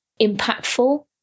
impactful